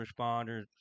responders